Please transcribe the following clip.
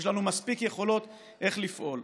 יש לנו מספיק יכולות איך לפעול.